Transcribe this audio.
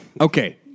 Okay